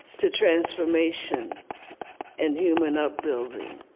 to transformation and human up-building.